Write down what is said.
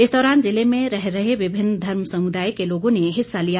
इस दौरान ज़िले में रह रहे विभिन्न धर्म समुदाय के लोगों ने हिस्सा लिया